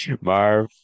Marv